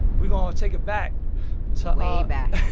we're going to take it back to. way back.